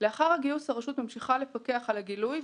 לאחר הגיוס הרשות ממשיכה לפקח על הגילוי.